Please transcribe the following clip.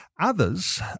Others